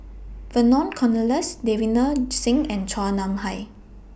Vernon Cornelius Davinder Singh and Chua Nam Hai